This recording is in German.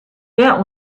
wer